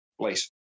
place